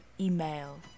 email